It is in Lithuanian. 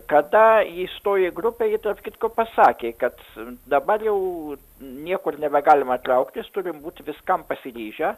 kada įstojo į grupę ji tarp kitko pasakė kad dabar jau niekur nebegalima trauktis turim būti viskam pasiryžę